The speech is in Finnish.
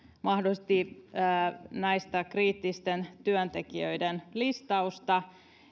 mahdollisesti kriittisten työntekijöiden listausta